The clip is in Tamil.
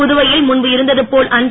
புதுவையில் முன்பு இருந்தது போல் அன்றி